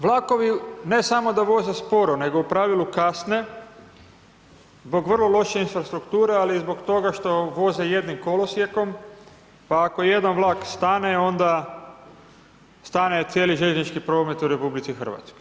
Vlakovi, ne samo da voze sporo, nego u pravilu kasne zbog vrlo loše infrastrukture, ali i zbog toga što voze jednim kolosijekom, pa ako jedan vlak stane, onda stane cijeli željeznički promet u RH.